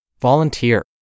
volunteer